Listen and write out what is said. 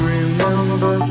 remember